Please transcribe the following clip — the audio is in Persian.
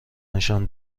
نشان